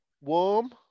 warm